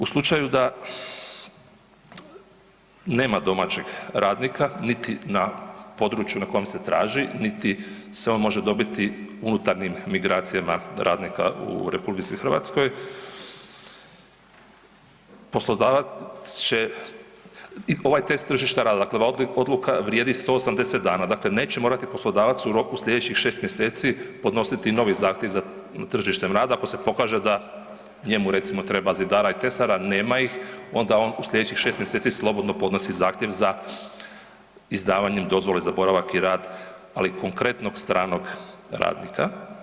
U slučaju da nema domaćeg radnika niti na području na koje se traži niti se on može dobiti unutarnjim migracijama radnika u RH poslodavac će i ovaj test tržišta rada, dakle odluka vrijedi 180 dana, dakle neće morati poslodavac u roku slijedećih 6 mjeseci podnositi novi zahtjev za tržištem rada ako se pokaže da njemu recimo treba zidara i tesara, a nema ih onda on u slijedećih 6 mjeseci slobodno podnosi zahtjev za izdavanjem dozvole za boravak i rad ali konkretnog stranog radnika.